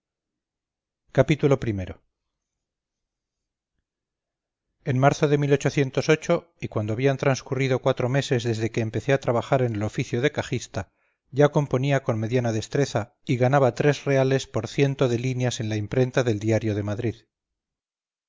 pérez galdós en marzo de y cuando habían transcurrido cuatro meses desde que empecé a trabajar en el oficio de cajista ya componía con mediana destreza y ganaba tres reales por ciento de líneas en la imprenta del diario de madrid